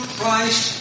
Christ